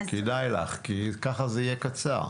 כדאי לך, כי כך זה יהיה קצר.